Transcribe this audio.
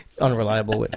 unreliable